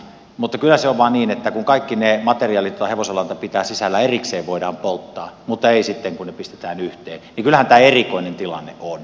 mutta kyllä se on vaan niin että jos kaikki ne materiaalit joita hevosenlanta pitää sisällään erikseen voidaan polttaa mutta ei sitten kun ne pistetään yhteen niin kyllähän tämä erikoinen tilanne on